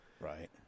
Right